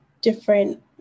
different